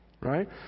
right